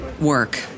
work